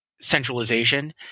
centralization